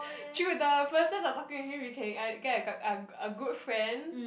the person the talking to him you can ah get a g~ a good friend